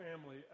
family